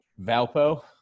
Valpo